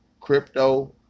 crypto